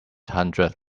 hundredth